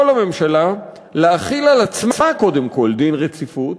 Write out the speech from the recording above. לממשלה להחיל על עצמה קודם כול דין רציפות,